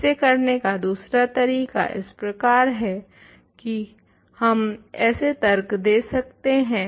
इसे करने का दूसरा तरीका एस प्रकार है की हम ऐसे तर्क दे सकते हें